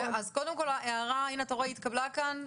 ההערה התקבלה כאן.